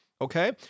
okay